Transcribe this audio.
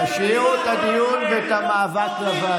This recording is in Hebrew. תשאירו את הדיון לוועדה,